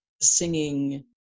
singing